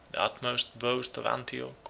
the utmost boast of antioch,